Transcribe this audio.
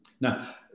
Now